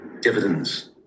dividends